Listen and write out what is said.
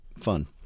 fun